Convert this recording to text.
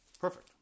Perfect